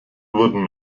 wurden